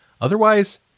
Otherwise